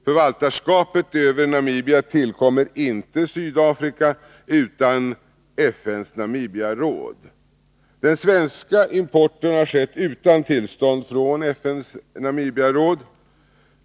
Förvaltarskapet över Namibia tillkommer inte Sydafrika, utan FN:s Namibiaråd. Den svenska importen har skett utan tillstånd från FN:s Namibiaråd.